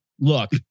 look